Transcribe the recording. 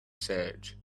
search